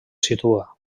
situa